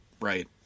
Right